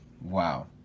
Wow